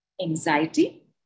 anxiety